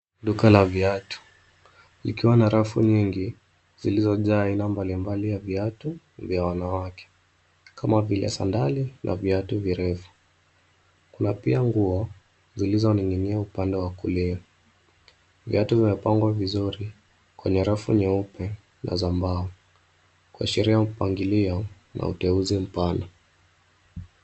Duka la viatu, likiwa na rafu nyingi zilizojaa aina mbalimbali ya viatu vya wanawake, kama vile sandali na viatu virefu. Kuna pia nguo zilizoning'inia upande wa kulia. Viatu vimepangwa vizuri kwenye rafu nyeupe na za mbao, kuashiria mpangilio na uteuzi mpana.